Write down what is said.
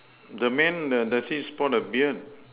the man the those he sport a beard